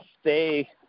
stay